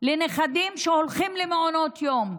לנכדים שהולכים למעונות יום,